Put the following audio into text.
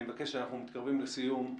אנחנו מתקרבים לסיום.